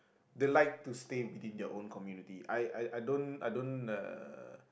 they like to stay within their own community I I don't I don't uh